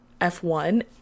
f1